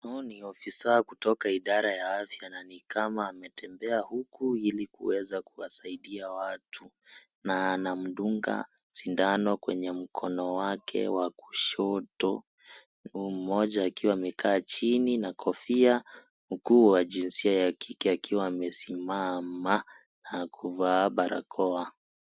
Huyu ni afisa kutoka idara ya afya na nikama ametembea huku ili kuwasaidia watu na anamdunga sindano kwenye mkono wake wa kushoto mmoja akiwa amekaa chini na kuvaa kofia mkuu wa jinsia ya kike amesimama na kuvaa barakoa.